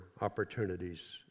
opportunities